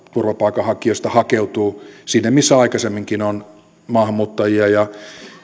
turvapaikanhakijoista hakeutuu sinne missä aikaisemminkin on maahanmuuttajia ja